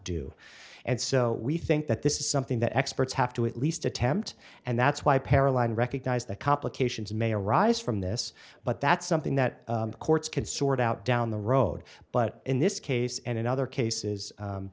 do and so we think that this is something the experts have to at least attempt and that's why paralyzed recognize the complications may arise from this but that's something that courts can sort out down the road but in this case and in other cases